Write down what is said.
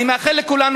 אני מאחל לכולנו,